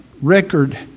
record